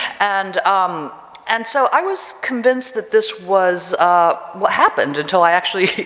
and um and so i was convinced that this was what happened until i actually,